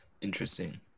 interesting